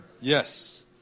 Yes